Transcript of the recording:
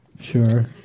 Sure